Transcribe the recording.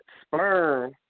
sperm